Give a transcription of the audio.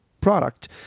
product